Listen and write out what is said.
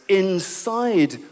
inside